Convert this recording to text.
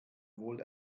wohl